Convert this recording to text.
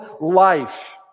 life